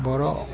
बर'